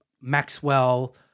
Maxwell